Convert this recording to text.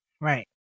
Right